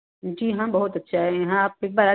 जी हाँ बहुत अच्छा है यहाँ आप के पास